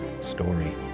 story